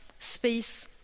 space